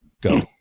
go